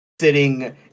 sitting